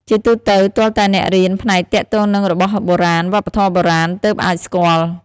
ជាទូទៅ ទាល់តែអ្នករៀន ផ្នែកទាក់ទងនឹងរបស់បុរាណ វប្បធម៌បុរាណ ទើបអាចស្គាល់។